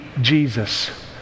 Jesus